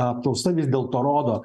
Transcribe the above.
apklausta vis dėlto rodo